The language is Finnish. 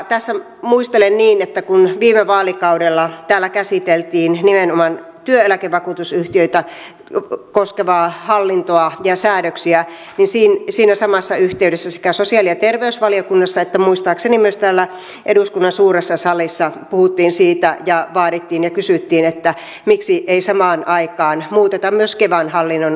tässä muistelen niin että kun viime vaalikaudella täällä käsiteltiin nimenomaan työeläkevakuutusyhtiöitä koskevaa hallintoa ja säädöksiä niin siinä samassa yhteydessä sekä sosiaali ja terveysvaliokunnassa että muistaakseni myös täällä eduskunnan suuressa salissa puhuttiin siitä ja vaadittiin ja kysyttiin miksi ei samaan aikaan muuteta myös kevan hallinnon osalta